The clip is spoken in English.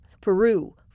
Peru